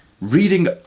Reading